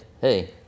hey